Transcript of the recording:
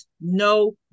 no